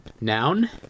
Noun